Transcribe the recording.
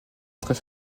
très